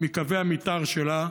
מקווי המתאר שלה.